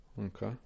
Okay